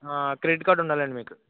credit card ఉండాలండి మీకు